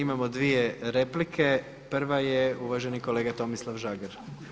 Imamo dvije replike, prva je uvaženi kolega Tomislav Žagar.